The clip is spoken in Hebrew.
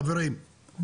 חברים,